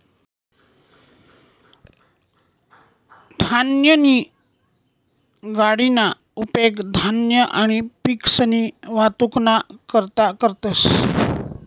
धान्यनी गाडीना उपेग धान्य आणि पिकसनी वाहतुकना करता करतंस